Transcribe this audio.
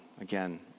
Again